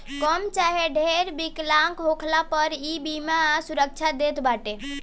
कम चाहे ढेर विकलांग होखला पअ इ बीमा सुरक्षा देत बाटे